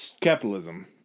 capitalism